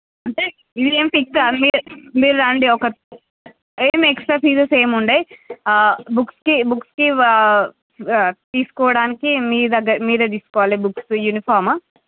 అంటే ఇదేం ఫిక్స్ కాదు మీరు మీరు రండి ఒక ఏమి ఎక్స్ట్రా ఫీజెస్ ఏముండవు బుక్స్ కి బుక్స్ కి తీసుకోవడానికి మీ దగ్గర మీరే తీసుకోవాలి బుక్సు యూనిఫాము